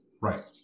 Right